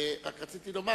רק רציתי לומר